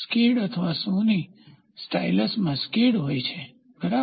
skid અથવા શુ ની સ્ટાઇલસમાં સ્કિડ હોય છે બરાબર